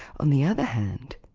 on the other hand,